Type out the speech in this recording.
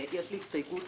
יש לי הסתייגות